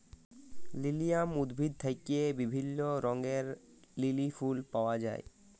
lilium উদ্ভিদ থেক্যে বিভিল্য রঙের লিলি ফুল পায়া যায়